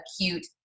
acute